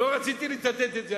לא רציתי לצטט את זה,